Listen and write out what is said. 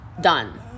done